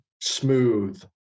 smooth